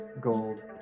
gold